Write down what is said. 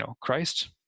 Christ